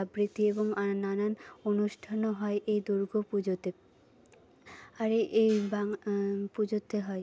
আবৃত্তি এবং আর নানান অনুষ্ঠানও হয় এই দুর্গা পুজোতে আর এই পুজোতে হয়